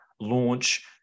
launch